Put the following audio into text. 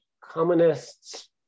communists